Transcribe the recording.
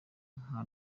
nka